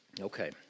Okay